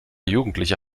jugendliche